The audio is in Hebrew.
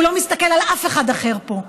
והוא לא מסתכל על אף אחד אחר פה,